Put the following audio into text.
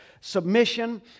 submission